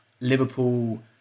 Liverpool